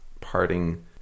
parting